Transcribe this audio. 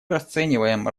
расцениваем